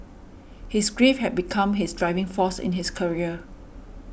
his grief had become his driving force in his career